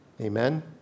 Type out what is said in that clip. Amen